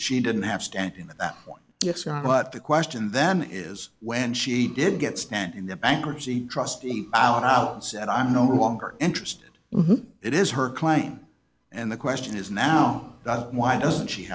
she didn't have stand that point but the question then is when she did get stand in the bankruptcy trustee out and said i'm no longer interested it is her claim and the question is now why doesn't she